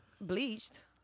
bleached